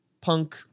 punk